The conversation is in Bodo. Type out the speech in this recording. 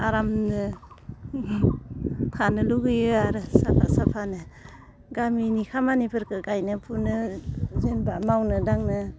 आरामनो थानो लुगैयो आरो साफा साफानो गामिनि खामानिफोरखौ गायनो फुनो जेनेबा मावनो दांनो